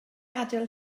adael